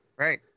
Right